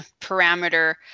parameter